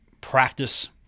practice